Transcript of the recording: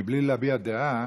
מבלי להביע דעה,